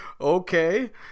okay